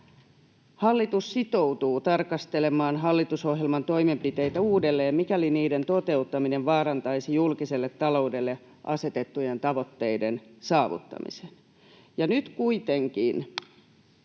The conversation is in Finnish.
”Hallitus sitoutuu tarkastelemaan hallitusohjelman toimenpiteitä uudelleen, mikäli niiden toteuttaminen vaarantaisi julkiselle taloudelle asetettujen tavoitteiden saavuttamisen.” Nyt kuitenkin